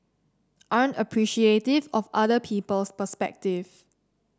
aren't appreciative of other people's perspective